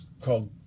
called